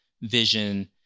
Vision